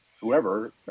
whoever